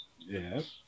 Yes